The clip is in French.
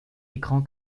écran